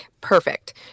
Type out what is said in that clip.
Perfect